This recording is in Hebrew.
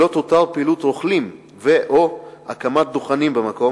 ולא תותר פעילות רוכלים ו/או הקמת דוכנים במקום,